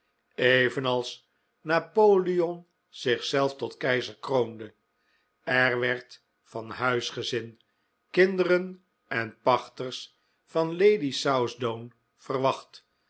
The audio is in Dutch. evenals napoleon zichzelf tot keizer kroonde er werd van huisgezin kinderen en pachters van lady southdown verwacht